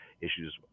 issues